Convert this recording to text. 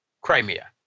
Crimea